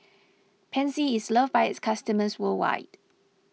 Pansy is loved by its customers worldwide